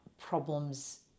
problems